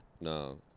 No